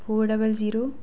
four double zero